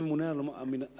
כממונה על המינהל,